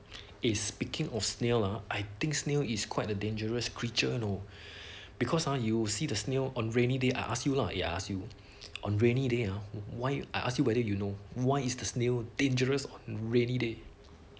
eh speaking of snail lah I think snail is quite a dangerous creature no because ah you see the snail on rainy day I ask you lah eh I ask you on rainy day ah why I ask you whether you know why is this snail dangerous rainy day